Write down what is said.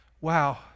Wow